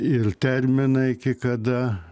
ir terminą iki kada